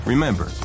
Remember